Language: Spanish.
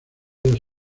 los